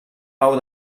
pau